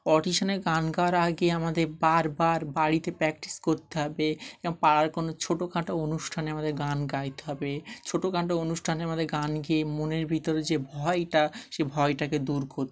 অডিশনে গান গাওয়ার আগে আমাদের বারবার বাড়িতে প্র্যাকটিস করতে হবে এবং পাড়ার কোনো ছোটোখাটো অনুষ্ঠানে আমাদের গান গাইতে হবে ছোটোখাটো অনুষ্ঠানে আমাদের গান গেয়ে মনের ভিতরে যে ভয়টা সেই ভয়টাকে দূর করতে